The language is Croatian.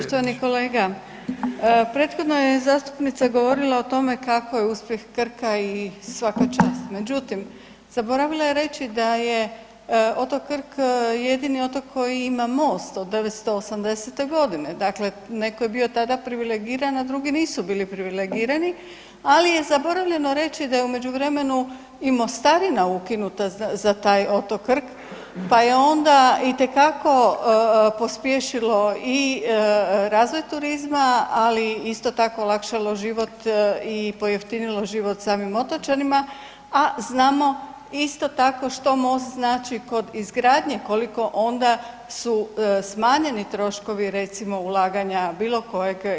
Poštovani kolega, prethodno je zastupnica govorila kako je uspjeh Krka i svaka čast, međutim zaboravila je reći a je otok Krk jedini otok koji ima most od 1980. g., dakle netko je bio tada privilegiran a drugi nisu bili privilegirani ali je zaboravljeno reći da je u međuvremenu i mostarina ukinuta za taj otok Krka pa je onda itekako pospješilo i razvoj turizma ali isto tako olakšalo život i pojeftinilo život samim otočanima a znamo isto tako što most znači kod izgradnje, koliko onda su smanjeni troškovi recimo ulaganja bilokojeg investitora?